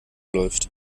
läuft